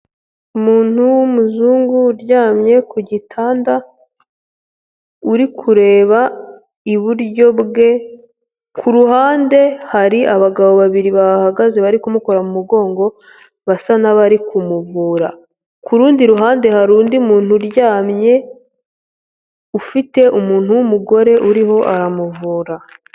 Umuntu w'umuzungu uryamye ku gitanda, uri kureba iburyo bwe, ku ruhande hari abagabo babiri bahahagaze bari kumukora mu mugongo basa n'abari kumuvura. Ku rundi ruhande hari undi muntu uryamye, ufite umuntu w'umugore uriho aramuvura.